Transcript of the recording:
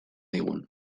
digun